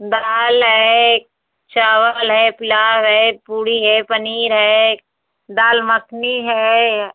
दाल है चावल है पुलाव है पूड़ी है पनीर है दाल मखनी है